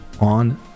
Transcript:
on